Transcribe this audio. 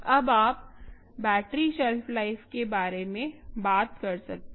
अब आप battery shelf life के बारे में बात कर सकते हैं